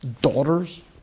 daughters